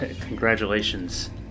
congratulations